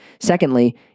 Secondly